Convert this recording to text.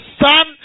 son